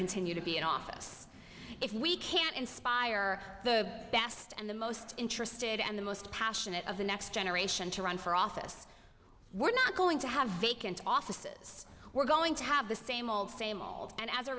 continue to be in office if we can't inspire the best and the most interested and the most passionate of the next generation to run for office we're not going to have vacant offices we're going to have the same old same old and as a